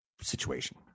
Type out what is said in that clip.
situation